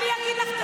אני אגיד לך,